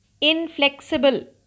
inflexible